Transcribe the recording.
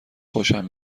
خوشم